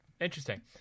interesting